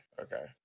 Okay